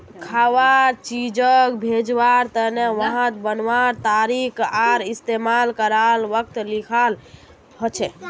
खवार चीजोग भेज्वार तने वहात बनवार तारीख आर इस्तेमाल कारवार वक़्त लिखाल होचे